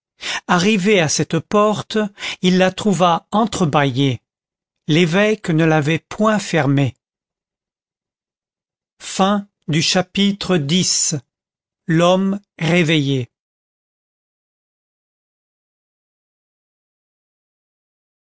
arrivé à cette porte il la trouva entrebâillée l'évêque ne l'avait point fermée chapitre